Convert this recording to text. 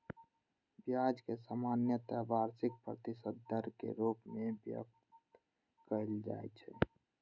ब्याज कें सामान्यतः वार्षिक प्रतिशत दर के रूप मे व्यक्त कैल जाइ छै